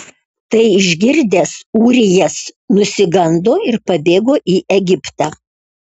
tai išgirdęs ūrijas nusigando ir pabėgo į egiptą